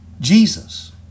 Jesus